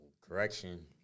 Correction